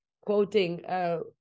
quoting